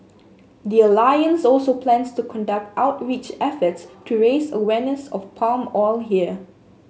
the alliance also plans to conduct outreach efforts to raise awareness of palm oil here